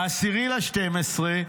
ב-10 בדצמבר: